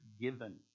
given